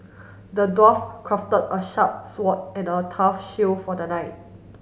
the dwarf crafted a sharp sword and a tough shield for the knight